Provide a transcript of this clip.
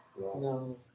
No